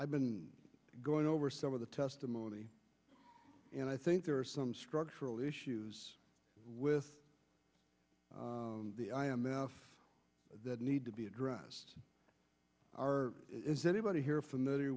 've been going over some of the testimony and i think there are some structural issues with the i m f that need to be addressed are is anybody here familiar